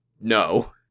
No